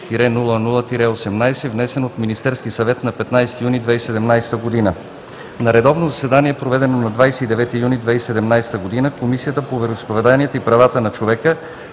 702-00-18, внесен от Министерски съвет на 15 юни 2017 г. На редовно заседание, проведено на 29 юни 2017 г., Комисията по вероизповеданията и правата на човека